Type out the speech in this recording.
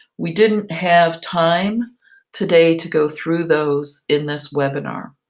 we didn't have time today to go through those in this webinar.